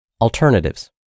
Alternatives